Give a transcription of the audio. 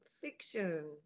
fiction